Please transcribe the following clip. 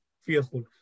fearful